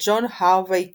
וג'ון הארווי קלוג.